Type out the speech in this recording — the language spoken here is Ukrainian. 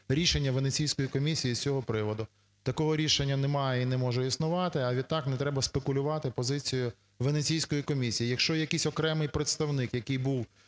рішення Венеціанської комісії з цього приводу. Такого рішення немає і не може існувати, а відтак не треба спекулювати позицію Венеціанської комісії. Якщо якийсь окремий представник, який був,